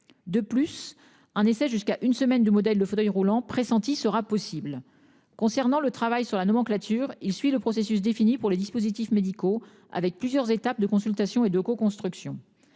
De plus, un essai jusqu'à une semaine du modèle le fauteuil roulant pressenti sera possible concernant le travail sur la nomenclature il suit le processus défini pour les dispositifs médicaux avec plusieurs étapes de consultation et de co-construction.